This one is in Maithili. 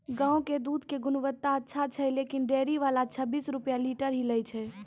गांव के दूध के गुणवत्ता अच्छा छै लेकिन डेयरी वाला छब्बीस रुपिया लीटर ही लेय छै?